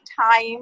time